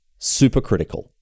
supercritical